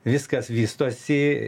viskas vystosi